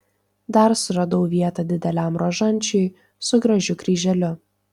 dar suradau vietą dideliam rožančiui su gražiu kryželiu